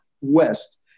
west